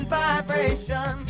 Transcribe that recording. vibration